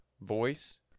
voice